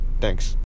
Thanks